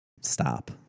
stop